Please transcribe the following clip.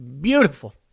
beautiful